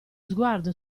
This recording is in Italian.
sguardo